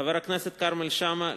חבר הכנסת כרמל שאמה,